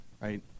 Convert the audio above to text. right